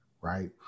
right